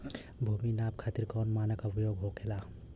भूमि नाप खातिर कौन मानक उपयोग होखेला?